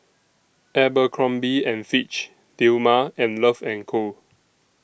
Abercrombie and Fitch Dilmah and Love and Co